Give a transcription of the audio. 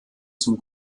zum